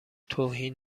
توهین